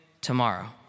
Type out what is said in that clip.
tomorrow